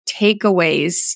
takeaways